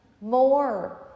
more